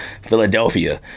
Philadelphia